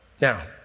Now